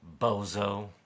Bozo